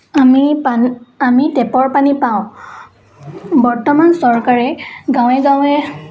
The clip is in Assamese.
আমি পানী আমি টেপৰ পানী পাঁও বৰ্তমান চৰকাৰে গাঁৱে গাঁৱে